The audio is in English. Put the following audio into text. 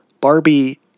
Barbie